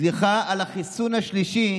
סליחה על החיסון השלישי